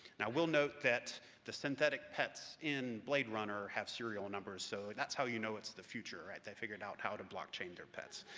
now i will note that the synthetic pets in blade runner have serial numbers, so that's how you know it's the future, they figured out how to blockchain their pets.